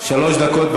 שלוש דקות.